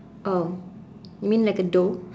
oh you mean like a dough